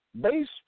Based